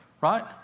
right